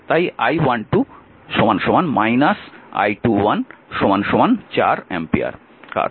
তাই I12 I21 4 ampere